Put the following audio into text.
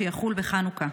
שיחול בחנוכה.